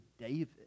David